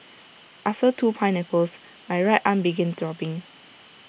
after two pineapples my right arm began throbbing